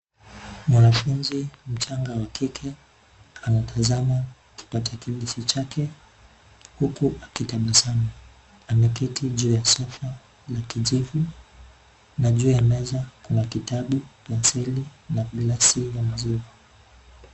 Mwanafunzi mchanga wa kike; anatazama kipakatalishi chake huku akitabasamu. Ameketi juu ya sofa la kijivu. Na juu ya meza kuna kitabu, penseli na gilasi ya maziwa.